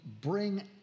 bring